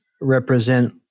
represent